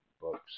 books